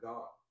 God